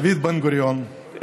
דוד בן-גוריון,